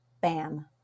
Bam